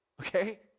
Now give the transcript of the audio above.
Okay